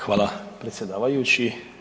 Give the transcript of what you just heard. Hvala predsjedavajući.